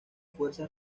fuerzas